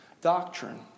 Doctrine